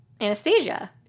Anastasia